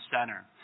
center